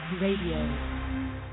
Radio